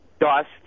dust